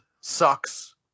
sucks